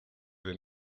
del